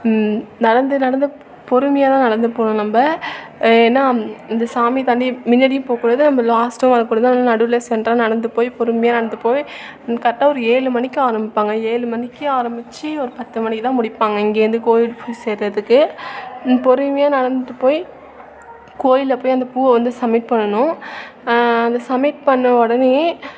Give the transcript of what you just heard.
நடந்து நடந்து பொறுமையாக தான் நடந்து போகணும் நம்ம ஏன்னா இந்த சாமி தாண்டி முன்னடியும் போககூடாது அந்த லாஸ்ட்டும் வரக்கூடாது ஆனால் நடுவில் சென்டராக நடந்து போய் பொறுமையாக நடந்து போய் கரெக்டாக ஒரு ஏழு மணிக்கு ஆரம்மிப்பாங்க ஏழு மணிக்கு ஆரமித்து ஒரு பத்து மணிக்குதான் முடிப்பாங்க இங்கேருந்து கோவில் போய் சேர்கிறதுக்கு பொறுமையாக நடந்து போய் கோவில்ல போய் அந்த பூவை வந்து சம்மிட் பண்ணணும் அந்த சம்மிட் பண்ண உடனையே